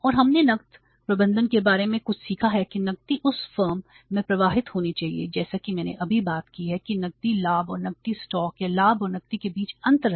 और हमने नकद प्रबंधन के बारे में कुछ सीखा है कि नकदी उस फर्म में प्रवाहित होनी चाहिए जैसा कि मैंने अभी बात की है कि नकदी लाभ या लाभ और नकदी के बीच अंतर है